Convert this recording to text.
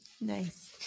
Nice